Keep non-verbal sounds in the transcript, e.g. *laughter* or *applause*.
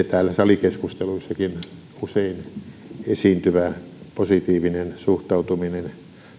*unintelligible* täällä salikeskusteluissakin usein esiintyvä positiivinen suhtautuminen